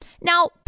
Now